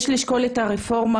יש לשקול את הרפורמה,